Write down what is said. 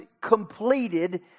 completed